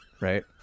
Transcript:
right